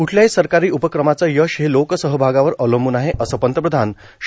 क्ठल्याही सरकारी उपक्रमाचं यश हे लोकसहभागावर अवलंबून आहे असं पंतप्रधान श्री